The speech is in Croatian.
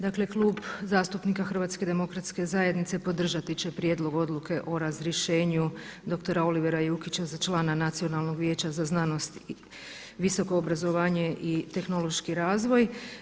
Dakle, Klub zastupnika HDZ-a podržati će Prijedlog odluke o razrješenju dr. Olivera Jukića za člana Nacionalnog vijeća za znanost, visoko obrazovanje i tehnološki razvoj.